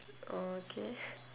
okay